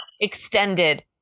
extended